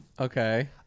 Okay